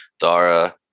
Dara